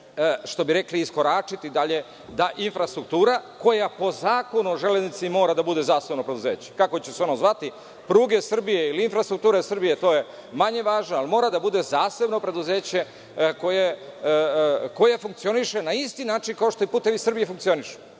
što bi rekli iskoračiti dalje, da infrastruktura koja po Zakonu o železnici mora da bude zasebno preduzeće. Kako će se ono zvati – pruge Srbije ili infrastruktura Srbije, to je manje važno, ali mora da bude zasebno preduzeće koje funkcioniše na isti način kao što funkcionišu